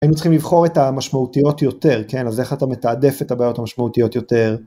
היינו צריכים לבחור את המשמעותיות יותר, כן, אז איך אתה מתעדף את הבעיות המשמעותיות יותר.